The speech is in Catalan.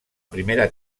primera